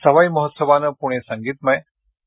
सवाई महोत्सवाने पुणे संगीतमय आणि